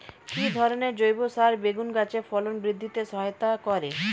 কি ধরনের জৈব সার বেগুন গাছে ফলন বৃদ্ধিতে সহায়তা করে?